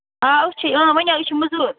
ا وُچھِی آ ؤنِو آ أسۍ چھِ موٚزوٗر